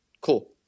Cool